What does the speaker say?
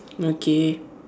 okay